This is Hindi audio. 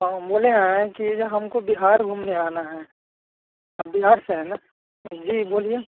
हम बोले हैं कि यह हमको बिहार घूमने आना है आप बिहार से है ना जी बोलिए